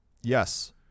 Yes